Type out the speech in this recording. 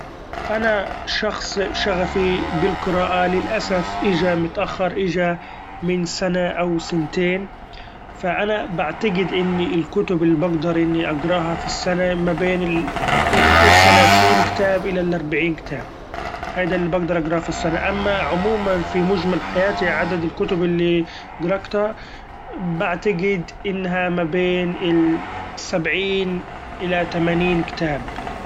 أنا شخص شغفي بالقراءة للاسف اچا متأخر اچا من سنة أو سنتين، ف أنا بعتقد إني الكتب اللي بقدر إني اقراها في السنة ما بين ال- الثلاثين كتاب الي الاربعين كتاب هيدا اللي بقدر اقراه في السنة، اما عموما في مچمل حياتي عدد الكتب اللي قرأتها بعتقد إنها ما بين السبعين الي تمإنين كتاب.